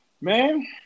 man